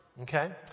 Okay